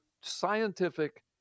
scientific